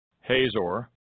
Hazor